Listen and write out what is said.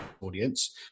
audience